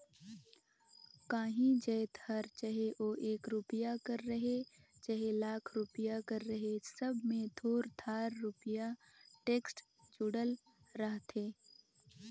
काहीं जाएत हर चहे ओ एक रूपिया कर रहें चहे लाख रूपिया कर रहे सब में थोर थार रूपिया टेक्स जुड़ल रहथे